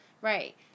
Right